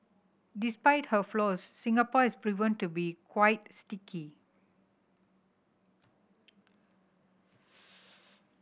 despite her flaws Singapore has proven to be quite sticky